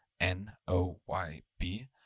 N-O-Y-B